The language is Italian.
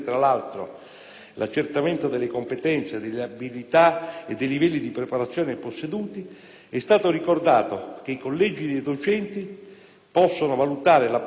Grazie